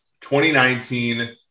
2019